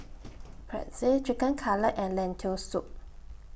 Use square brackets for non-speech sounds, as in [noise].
[noise] Pretzel Chicken Cutlet and Lentil Soup